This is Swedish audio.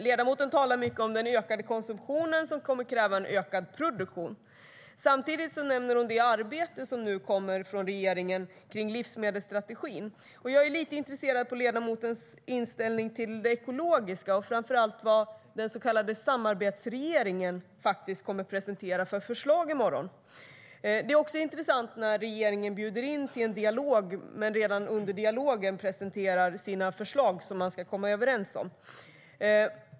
Ledamoten talar mycket om den ökade konsumtionen som kommer att kräva en ökad produktion. Samtidigt nämner hon det arbete som nu kommer från regeringen kring en livsmedelsstrategi. Jag är lite intresserad av ledamotens inställning till det ekologiska och framför allt av vad den så kallade samarbetsregeringen faktiskt kommer att presentera för förslag i morgon. Det är också intressant när regeringen bjuder in till en dialog och redan under dialogen presenterar sina förslag som man ska komma överens om.